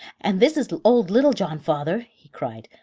and this is old little john, father, he cried.